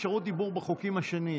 גם הייתה לכם אפשרות דיבור בחוקים השונים.